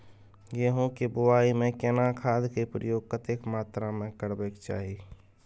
गेहूं के बुआई में केना खाद के प्रयोग कतेक मात्रा में करबैक चाही?